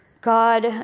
God